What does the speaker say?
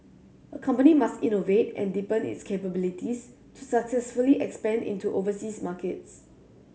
a company must innovate and deepen its capabilities to successfully expand into overseas markets